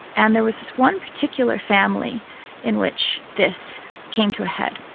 and there was this one particular family in which this came to a head.